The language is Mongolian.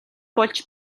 болж